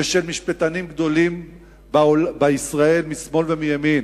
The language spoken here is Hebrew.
ושל משפטנים גדולים בישראל משמאל ומימין,